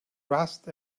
rust